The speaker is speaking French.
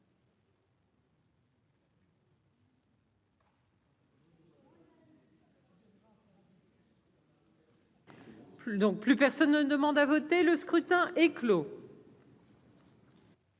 Plus personne ne demande à voter. Le scrutin est clos.